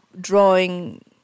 drawing